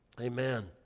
amen